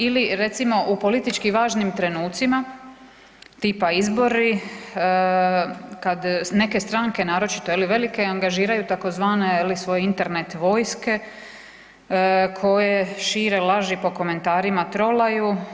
Ili recimo u politički važnim trenucima tipa izbori kada neke stranke naročito velike angažiraju tzv. svoj Internet vojske koje šire laži po komentarima trolaju.